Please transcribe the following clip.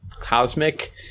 cosmic